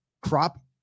Crop